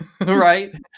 right